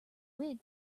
wig